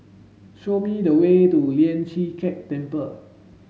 show me the way to Lian Chee Kek Temple